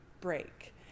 break